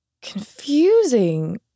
confusing